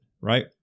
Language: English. Right